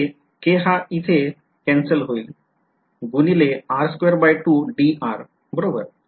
k k हा इथे cancel होईल गुणिले बरोबर